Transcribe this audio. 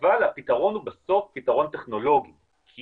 אבל הפתרון הוא בסוף פתרון טכנולוגי כי